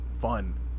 fun